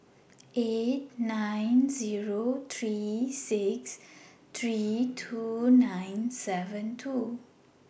eight nine Zero three six three two nine seven two